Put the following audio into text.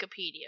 Wikipedia